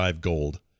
gold